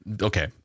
Okay